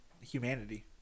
humanity